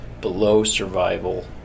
below-survival